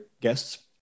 guests